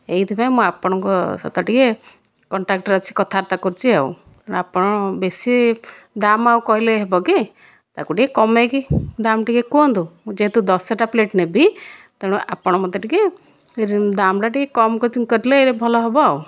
ଏହିଥିପାଇଁ ମୁଁ ଆପଣଙ୍କ ସହିତ ଟିକେ କନ୍ଟ୍ୟାକ୍ଟରେ ଅଛି କଥାବାର୍ତ୍ତା କରୁଛି ଆଉ ଆପଣ ବେଶି ଦାମ ଆଉ କହିଲେ ହେବ କି ତାକୁ ଟିକେ କମାଇ କି ଦାମ ଟିକେ କୁହନ୍ତୁ ଯେହେତୁ ଦଶଟା ପ୍ଲେଟ ନେବି ତେଣୁ ଆପଣ ମୋତେ ଟିକେ ଦାମଟା ଟିକେ କମ କଲେ ଭଲ ହେବ ଆଉ